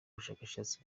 bushakashatsi